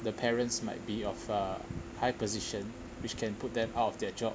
the parents might be of a high position which can put them out of their job